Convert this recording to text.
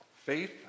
Faith